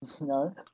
No